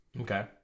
Okay